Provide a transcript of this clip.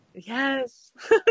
Yes